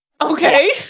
Okay